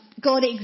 God